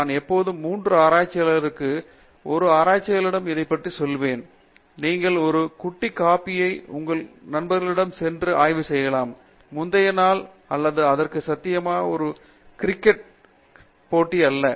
நான் எப்போதும் 3 ஆராய்ச்சியாளர்களுக்கு ஒரு ஆராய்ச்சியாளரிடம் இதைப்பற்றி சொல்லுவேன் நீங்கள் ஒரு குட்டி காபியை உங்கள் நண்பர்களிடமும் சென்று ஆய்வு செய்யலாம் முந்தைய நாள் அல்லது அதற்கு சாத்தியமான ஒரு கிரிக்கெட் போட்டி அல்ல